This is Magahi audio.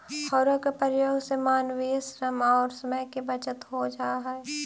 हौरो के प्रयोग से मानवीय श्रम औउर समय के बचत हो जा हई